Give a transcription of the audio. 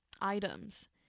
items